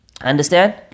Understand